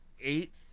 Eighth